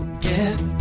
get